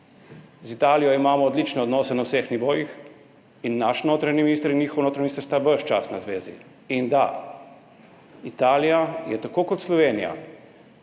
Z Italijo imamo odlične odnose na vseh nivojih in naš notranji minister in njihov notranji minister sta ves čas na zvezi. In da, Italija je bila tako kot Slovenija